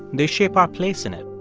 they shape our place in it.